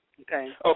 Okay